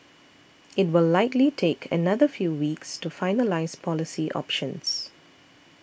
it will likely take another few weeks to finalise policy options